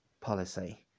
Policy